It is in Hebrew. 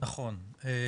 שר העבודה,